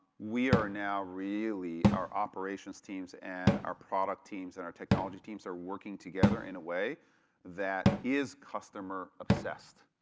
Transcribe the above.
we are now really, our operations teams and our product teams and our technology teams are working together in a way that is customer-obsessed.